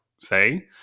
say